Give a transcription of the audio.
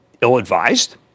Ill-advised